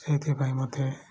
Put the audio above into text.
ସେଥିପାଇଁ ମୋତେ